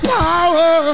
power